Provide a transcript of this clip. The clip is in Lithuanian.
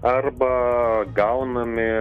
arba gaunami